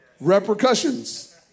repercussions